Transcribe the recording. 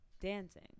dancing